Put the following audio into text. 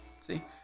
See